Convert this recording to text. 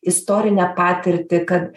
istorinę patirtį kad